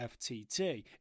FTT